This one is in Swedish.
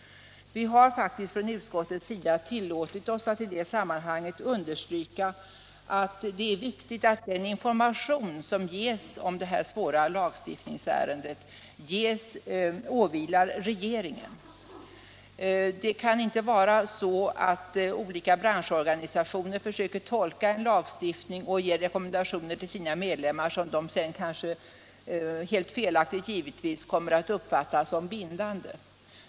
Vi har i det sammanhanget tillåtit oss understryka hur viktigt det är att regeringen har hand om informationen rörande detta svåra lagstiftningsärende. Det får inte bli så att olika branschorganisationer själva tolkar en lagstiftning och ger sina rekommendationer till medlemmarna. Dessa rekommendationer kan i så fall — helt felaktigt givetvis — komma att uppfattas som bindande.